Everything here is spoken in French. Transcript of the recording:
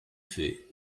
fait